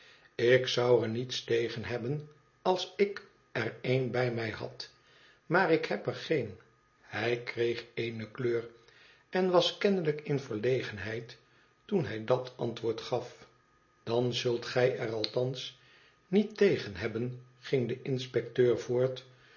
lik zou er niets tegen hebben als ik er een bij mij had maar ik heb er geen hij kreeg eene kleur en was kennelijk in verlegenheid toen hij dat antwoord gaf idan zult gij er althans niet tegen hebben ging de inspecteur voort